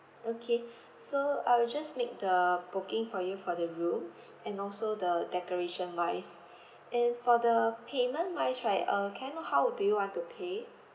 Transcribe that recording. okay so I will just make the booking for you for the room and also the decoration wise and for the payment wise right uh can I know how do you want to pay